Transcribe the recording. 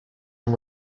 and